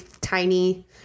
tiny